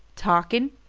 talking?